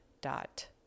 dot